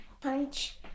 punch